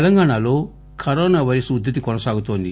తెలంగాణలో corona virus ఉద్దతి కొనసాగుతోంది